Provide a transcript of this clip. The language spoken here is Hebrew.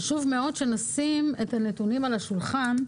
חשוב מאוד שנשים את הנתונים על השולחן,